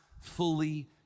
fully